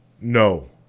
No